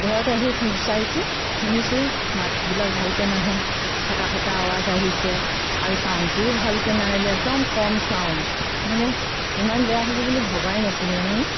ঘৰত আহি চাইছোঁ শুনিছোঁ মাতবিলাক ভালকৈ নাহে ফাটা ফাটা আৱাজ আহিছে আৰু ছাউণ্ডটোও ভালকৈ নাই ওলোৱা একদম কম ছাউণ্ড মানে ইমান বেয়া হ'ব বুলি ভবাই নাছিলোঁ জানানে